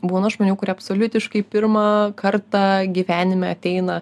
būna žmonių kurie absoliutiškai pirmą kartą gyvenime ateina